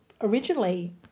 originally